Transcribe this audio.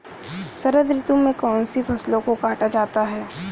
शरद ऋतु में कौन सी फसलों को काटा जाता है?